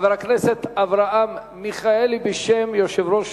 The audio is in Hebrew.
חבר הכנסת אברהם מיכאלי בשם יושב-ראש